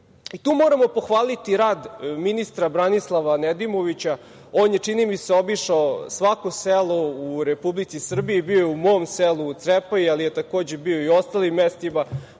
moramo pohvaliti rad ministra Branislava Nedimovića. On je, čini mi se, obišao svako selo u Republici Srbiji, bio je u mom selu, u Crepaji, ali je takođe bio i u ostalim mestima